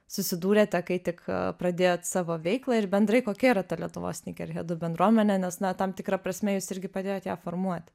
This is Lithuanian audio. susidūrėte kai tik pradėjot savo veiklą ir bendrai kokia yra ta lietuvos snykerhedų bendruomenė nes na tam tikra prasme jūs irgi padėjot ją formuoti